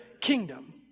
kingdom